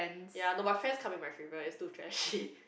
ya no but my friends comment my favorite is too trashy